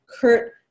Kurt